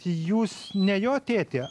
jūs ne jo tėtė